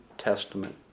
testament